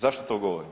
Zašto to govorim?